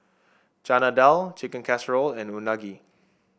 Chana Dal Chicken Casserole and Unagi